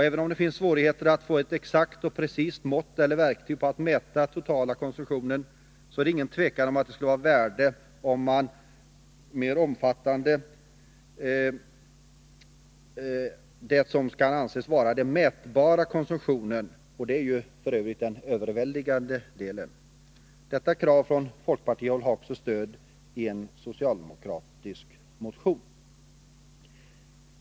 Även om det finns svårigheter att få ett exakt och precist mått eller verktyg att mäta den totala konsumtionen, är det ingen tvekan om att det skulle vara av värde om man omfattade det som kan anses vara den mätbara konsumtionen -— och det är ju f. ö. den överväldigande delen. Detta krav från folkpartihåll har också stöd i en socialdemokratisk motion.